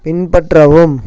பின்பற்றவும்